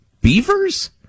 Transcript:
Beavers